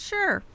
Sure